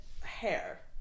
Hair